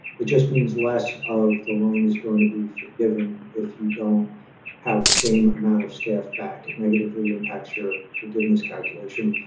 it just means less of the loan is going to be forgiven if you don't have the same amount of staff back. it and negatively impacts your forgiveness calculation.